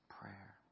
prayer